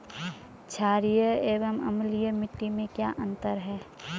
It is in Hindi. छारीय एवं अम्लीय मिट्टी में क्या अंतर है?